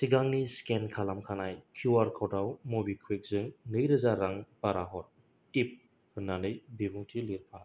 सिगांनि स्केन खालामखानाय किउ आर क'डाव मबिकुविकजों नैरोजा रां बारा हर टिप होन्नानै बिबुंथि लिरफा